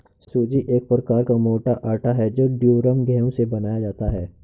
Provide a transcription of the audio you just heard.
सूजी एक प्रकार का मोटा आटा है जो ड्यूरम गेहूं से बनाया जाता है